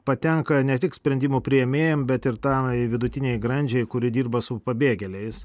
patenka ne tik sprendimų priėmėjams bet ir tai vidutinei grandžiai kuri dirba su pabėgėliais